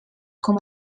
com